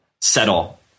settle